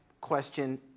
question